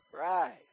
Right